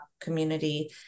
community